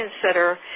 consider